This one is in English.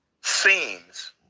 scenes